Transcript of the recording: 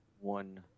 one